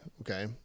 okay